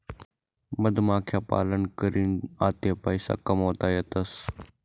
मधमाख्या पालन करीन आते पैसा कमावता येतसं